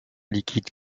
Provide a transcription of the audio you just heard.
liquide